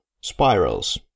Spirals